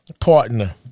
partner